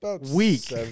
week